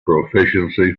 proficiency